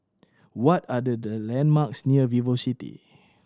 what are the landmarks near VivoCity